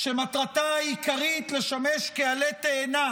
שמטרתה העיקרית לשמש כעלה תאנה